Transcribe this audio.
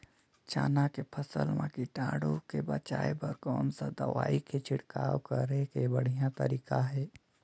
चाना के फसल मा कीटाणु ले बचाय बर कोन सा दवाई के छिड़काव करे के बढ़िया तरीका हे?